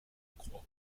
croix